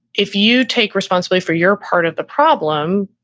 if you take responsibility for your part of the problem,